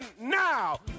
now